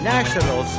National